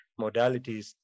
modalities